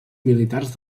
militars